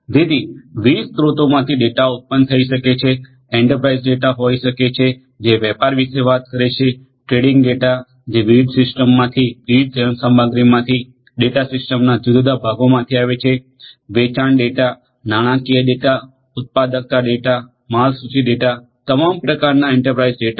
જેથી વિવિધ સ્રોતોમાંથી ડેટા ઉત્પન્ન થઈ શકે છે એંટરપ્રાઇઝ ડેટા હોઈ શકે છે જે વેપાર વિશે વાત કરે છે ટ્રેડિંગ ડેટા જે વિવિધ સિસ્ટમ્સમાંથી વિવિધ યંત્રસામગ્રીમાંથી ડેટા સિસ્ટમ્સના જુદા જુદા ભાગોમાંથી આવે છે વેચાણ ડેટા નાણાકીય ડેટા ઉત્પાદકતા ડેટા માલસુચિ ડેટા તમામ પ્રકારના એંટરપ્રાઇઝ ડેટા